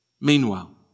meanwhile